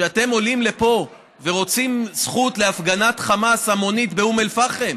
כשאתם עולים לפה ורוצים זכות להפגנת חמאס המונית באום אל-פחם,